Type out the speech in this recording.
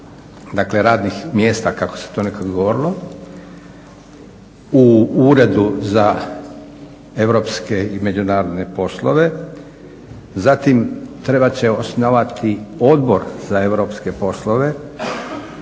dakle radnih mjesta kako se to nekad govorilo. U uredu za europske i međunarodne poslove, zatim trebat će osnovati odbor za europske poslove